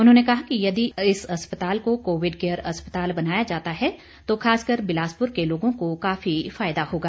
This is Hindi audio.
उन्होंने कहा कि यदि इस अस्पताल को कोविड केयर अस्पताल बनाया जाता है तो खासकर बिलासपुर के लोगों को काफी फायदा होगा